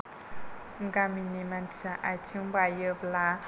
गामिनि मानसिया आथिं बायोब्ला